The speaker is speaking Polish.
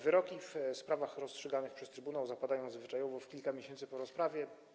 Wyroki w sprawach rozstrzyganych przez Trybunał zapadają zwyczajowo w kilka miesięcy po rozprawie.